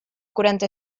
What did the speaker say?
quaranta